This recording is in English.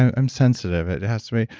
i'm sensitive. it has to be.